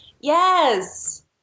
yes